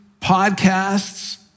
podcasts